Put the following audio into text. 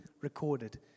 recorded